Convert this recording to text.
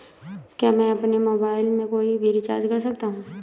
क्या मैं अपने मोबाइल से कोई भी रिचार्ज कर सकता हूँ?